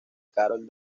carol